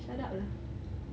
shut up lah